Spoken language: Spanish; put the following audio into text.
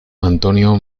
antonio